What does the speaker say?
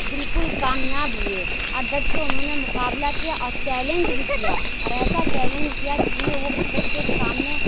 بالکل کامیاب ہوئے اور ڈٹ کے اُنہوں نے مقابلہ کیا اور چیلینج بھی کیا اور ایسا چیلینج کیا جس میں وہ ڈٹ کے سامنے